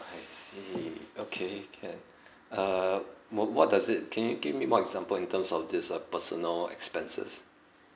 I see okay can uh wha~ what does it can you give me more example in terms of this uh personal expenses